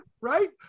right